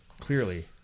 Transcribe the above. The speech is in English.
Clearly